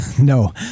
no